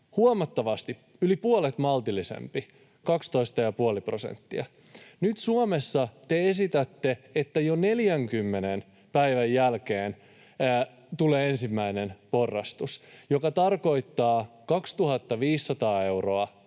huomattavasti yli puolet maltillisempi, 12,5 prosenttia. Nyt Suomessa te esitätte, että jo 40 päivän jälkeen tulee ensimmäinen porrastus, joka tarkoittaa 2 500 euroa